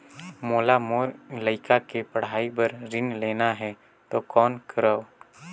मोला मोर लइका के पढ़ाई बर ऋण लेना है तो कौन करव?